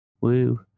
Woo